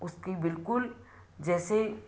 उसके बिलकुल जैसे